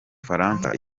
bufaransa